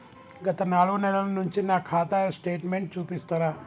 గత నాలుగు నెలల నుంచి నా ఖాతా స్టేట్మెంట్ చూపిస్తరా?